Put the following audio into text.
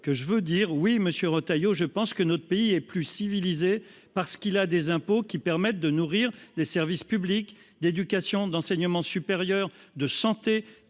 que je veux dire, oui monsieur Retailleau je pense que notre pays est plus civilisée, parce qu'il a des impôts qui permettent de nourrir des services publics d'éducation, d'enseignement supérieur de santé